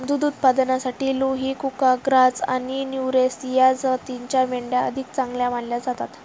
दुध उत्पादनासाठी लुही, कुका, ग्राझ आणि नुरेझ या जातींच्या मेंढ्या अधिक चांगल्या मानल्या जातात